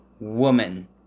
Woman